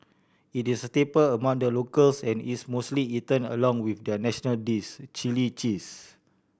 it is a staple among the locals and is mostly eaten along with their national dish chilli cheese